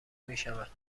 میشود